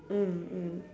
mm mm